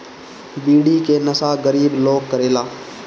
बीड़ी के नशा गरीब लोग करेला